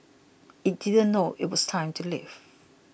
it didn't know it was time to leave